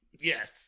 Yes